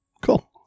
Cool